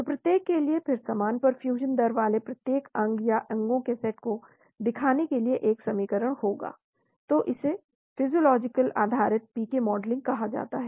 तो प्रत्येक के लिए फिर समान परफ्यूजन दर वाले प्रत्येक अंग या अंगों के सेट को दिखाने के लिए एक समीकरण होगा तो इसे फिजियोलॉजिकल आधारित पीके मॉडलिंग कहा जाता है